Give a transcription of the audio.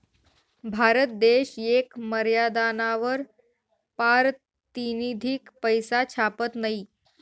भारत देश येक मर्यादानावर पारतिनिधिक पैसा छापत नयी